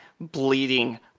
bleeding